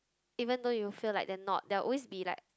even though you feel like they're not they are always be like